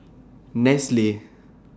Nestle